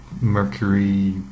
mercury